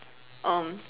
um